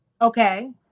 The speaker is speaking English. Okay